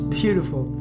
beautiful